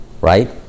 right